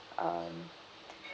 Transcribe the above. um